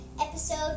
episode